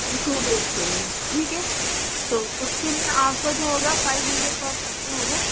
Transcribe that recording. to days کے لیے ٹھیک ہے تو اس کے لیے آپ کا جو ہوگا فائیو ہنڈریڈ پر پرسن ہوگا